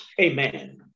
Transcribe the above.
Amen